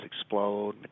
explode